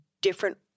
different